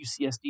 UCSD